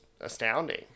astounding